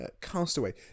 Castaway